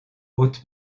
haute